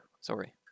Sorry